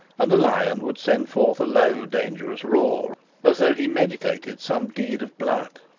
and the lion would send forth a low dangerous roar as though he meditated some deed of blood.